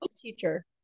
teacher